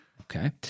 Okay